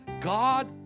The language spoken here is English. God